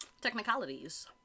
technicalities